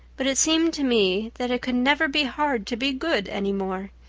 but it seemed to me that it could never be hard to be good any more.